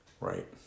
Right